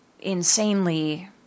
insanely